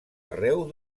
arreu